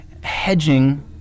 hedging